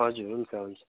हजुर हुन्छ हुन्छ